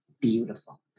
beautiful